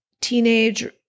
teenage